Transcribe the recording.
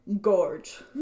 Gorge